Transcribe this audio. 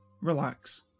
relax